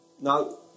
Now